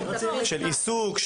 של עיסוק,